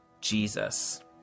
Jesus